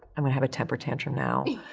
i'm gonna have a temper tantrum now,